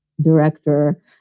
director